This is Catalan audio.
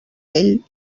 ell